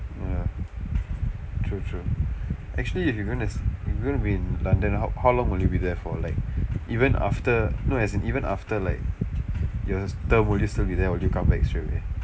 ya true true actually if you're gonna if you're gonna be in london how how long will you be there for like even after no as in even after like years term will you still be there or will you come back straight away the will disturb you then you you can't make sure away